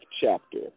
chapter